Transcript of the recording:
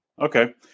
Okay